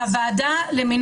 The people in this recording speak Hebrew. מי